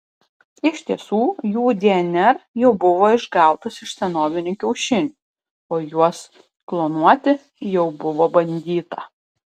iš tiesų jų dnr jau buvo išgautas iš senovinių kiaušinių o juos klonuoti jau buvo bandyta